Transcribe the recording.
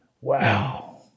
Wow